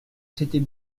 c’était